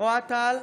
אוהד טל,